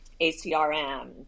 ACRM